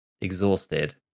exhausted